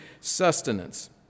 sustenance